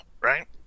right